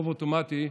רוב אוטומטי,